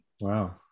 Wow